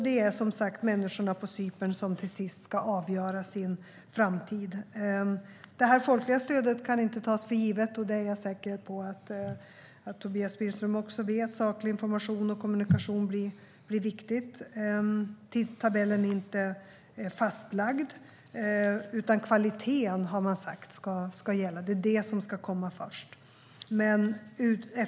Det är människorna på Cypern som till sist ska avgöra sin framtid. Det folkliga stödet kan inte tas för givet. Det är jag säker på att Tobias Billström också vet. Saklig information och kommunikation blir viktig. Tidtabellen är inte fastlagd, utan kvaliteten ska gälla. Det är vad som ska komma först.